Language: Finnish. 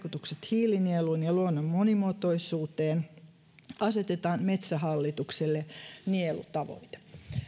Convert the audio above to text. vaikutukset hiilinieluun ja luonnon monimuotoisuuteen asetetaan metsähallitukselle nielutavoite